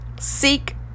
seek